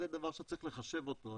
זה דבר שצריך לחשב אותו,